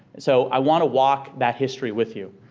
so, i wanna walk that history with you.